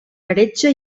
heretge